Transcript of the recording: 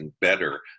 better